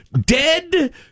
dead